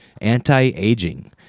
anti-aging